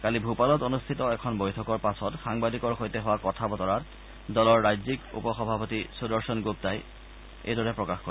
কালি ভূপালত অনুষ্ঠিত এখন বৈঠকৰ পাছত সাংবাদিকৰ সৈতে হোৱা কথা বতৰাত দলৰ ৰাজ্যিক উপ সভাপতি সুদৰ্শন গুগাই এইদৰে প্ৰকাশ কৰে